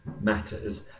matters